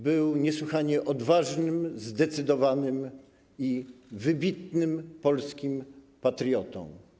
Był niesłychanie odważnym, zdecydowanym i wybitnym polskim patriotą.